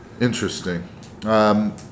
Interesting